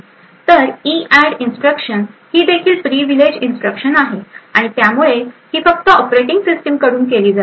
तर इऍड इन्स्ट्रक्शन ही देखील प्रिव्हिलेज इन्स्ट्रक्शन आहे आणि त्यामुळे ऑपरेटिंग सिस्टीम कडून फक्त केली जाते